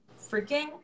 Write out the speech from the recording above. freaking